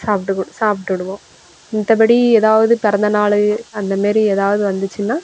சாப்பாட்டுக்கு சாப்பிட்டுடுவோம் மத்தபடி எதாவது பிறந்தநாளு அந்தமாரி எதாவது வந்துச்சின்னா